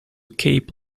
cape